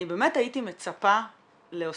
אני באמת הייתי מצפה להוספה